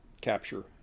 capture